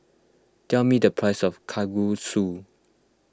tell me the price of Kalguksu